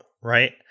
right